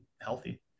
healthy